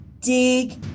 dig